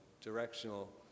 directional